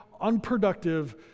unproductive